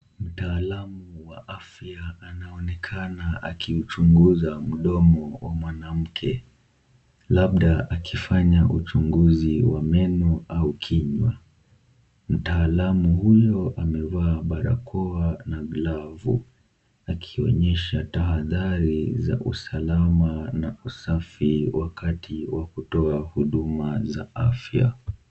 Mtaalamu wa afya anaonekana akiuchunguza mdomo wa mwanamke, labda akifanya uchunguzi wa meno au kinywa. Mtaalamu huyo amevaa barakoa na glavu akionyesha tahadhari za usalama na usafi wakati wa kutoa huduma za afya.